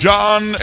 John